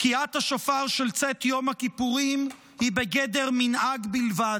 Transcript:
תקיעת השופר של צאת יום הכיפורים היא בגדר מנהג בלבד,